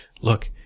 look